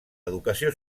educació